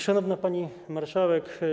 Szanowna Pani Marszałek!